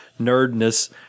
nerdness